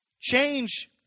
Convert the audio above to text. Change